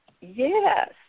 yes